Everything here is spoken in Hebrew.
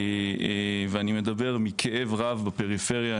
ואני מדבר מכאב רב בפריפריה.